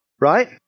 right